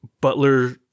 Butler